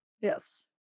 Yes